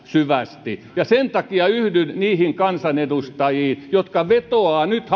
syvästi sen takia yhdyn niihin kansanedustajiin jotka vetoavat nyt